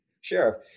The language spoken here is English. sheriff